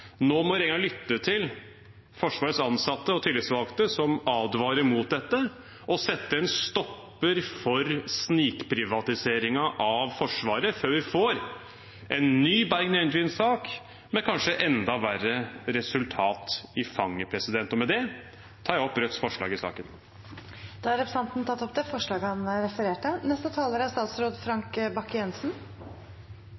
Nå må regjeringen lytte til Forsvarets ansatte og tillitsvalgte, som advarer mot dette, og sette en stopper for snikprivatiseringen av Forsvaret før vi får en ny Bergen Engines-sak med kanskje enda verre resultat i fanget. Med det tar jeg opp Rødts forslag i saken. Representanten Bjørnar Moxnes har tatt opp det forslaget han refererte